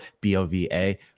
b-o-v-a